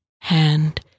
hand